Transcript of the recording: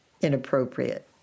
inappropriate